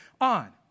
on